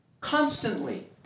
Constantly